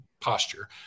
posture